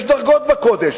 יש דרגות בקודש,